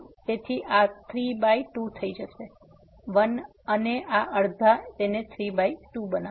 તેથી આ 3 બાય 2 થઈ જશે 1 અને આ અડધા તેને 32 બનાવશે